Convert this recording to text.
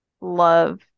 love